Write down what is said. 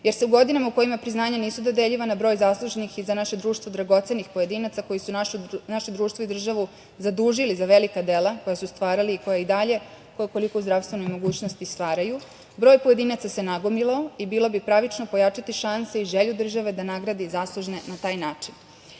jer se u godinama u kojima priznanja nisu dodeljivana broj zaslužnih i za naše društvo dragocenih pojedinaca koji su naše društvo i državu zadužili za velika dela koja su stvarali i koja i dalje, ko koliko u zdravstvenoj mogućnosti stvaraju, broj pojedinaca se nagomilao i bilo bi pravično pojačati šanse i želju države da nagradi i zaslužne na taj